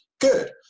Good